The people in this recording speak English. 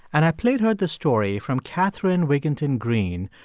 and i played her the story from catherine wigginton-green,